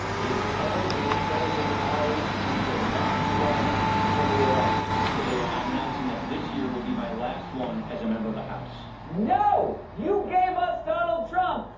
is telling his friends and colleagues he will not run for re-election. today, i am announcing that this year will be my last one as a member of the house. no! you gave us donald trump!